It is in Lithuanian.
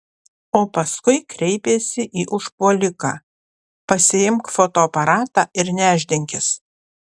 o paskui kreipėsi į užpuoliką pasiimk fotoaparatą ir nešdinkis